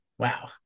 wow